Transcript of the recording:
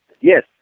Yes